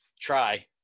try